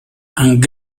and